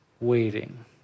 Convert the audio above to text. waiting